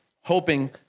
hoping